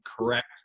correct